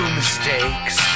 mistakes